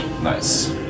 Nice